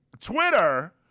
Twitter